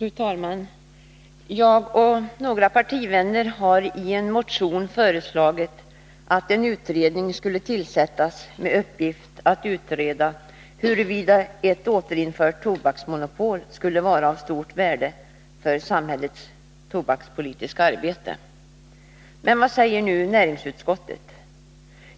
Fru talman! Jag och några partivänner har i en motion föreslagit att en utredning skall tillsättas med uppgift att utröna huruvida ett återinfört tobaksmonopol skulle vara av stort värde för samhällets tobakspolitiska arbete. Men vad säger nu näringsutskottet?